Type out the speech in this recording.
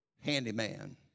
handyman